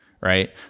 Right